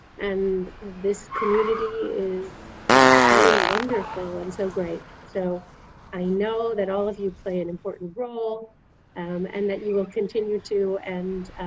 and this community is so wonderful and so great. so i know that all of you play an important role um and that you will continue to, and